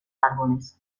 árboles